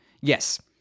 Yes